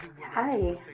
hi